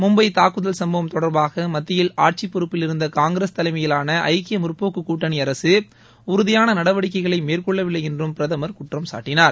மும்பை தாக்குதல் சும்பவம் தொடர்பாக மத்தியில் ஆட்சிப் பொறுப்பில் இருந்த காங்கிரஸ் தலைமையிலாள ஐக்கிய முற்போக்குக் கூட்டணி அரசு உறுதியான நடவடிக்கைகளை மேற்கொள்ளவில்லை என்றும் பிரதமர் குற்றம் சாட்டினார்